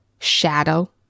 shadow